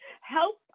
help